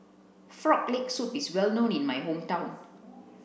frog leg soup is well known in my hometown